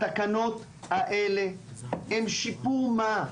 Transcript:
התקנות האלה הן שיפור מה,